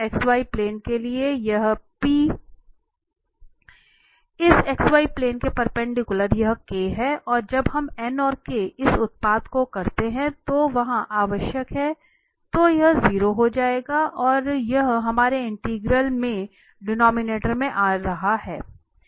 xy plane में ये इस xy प्लेन के परपेंडिकुलर यह है और जब हम और इस उत्पाद को करते हैं जो वहां आवश्यक है तो यह 0 हो जाएगा और यह हमारे इंटीग्रल में डिनोमिनेटर में आ रहा है